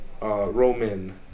Roman